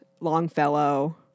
Longfellow